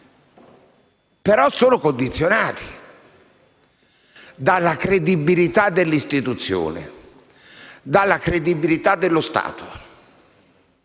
sono condizionati dalla credibilità dell'istituzione, dalla credibilità dello Stato.